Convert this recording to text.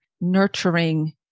nurturing